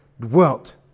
dwelt